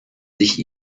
sich